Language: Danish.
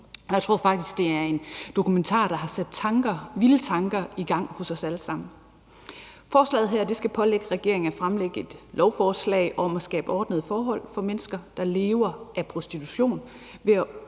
jeg tror faktisk, det er en dokumentar, der har sat vilde tanker i gang hos os alle sammen. Forslaget her skal pålægge regeringen at fremsætte et lovforslag om at skabe ordnede forhold for mennesker, der lever af prostitution,